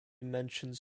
mentions